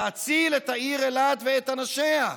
להציל את העיר אילת ואת אנשיה,